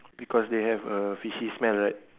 because they have a fishy smell right